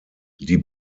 die